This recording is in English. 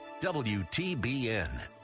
WTBN